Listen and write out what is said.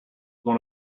one